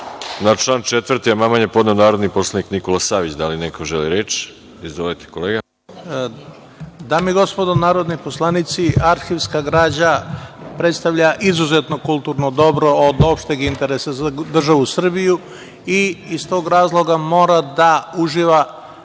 Na član 4. amandman je podneo narodni poslanik Nikola Savić. Da li neko želi reč? (Da)Izvolite. **Nikola Savić** Dame i gospodo narodni poslanici, arhivska građa predstavlja izuzetno kulturno dobro od opšteg interesa za državu Srbiju i iz tog razloga mora da uživa